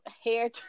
hair